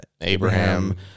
Abraham